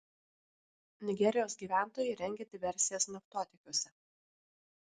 nigerijos gyventojai rengia diversijas naftotiekiuose